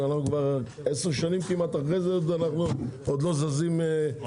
אנחנו כבר עשר שנים כמעט אחרי זה ועוד לא זזים בעניין הזה.